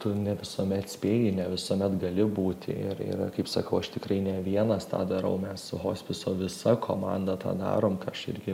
tu ne visuomet spėji ne visuomet gali būti ir yra kaip sakau aš tikrai ne vienas tą darau mes hospiso visa komanda tą darom ką aš irgi